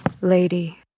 Lady